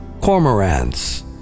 cormorants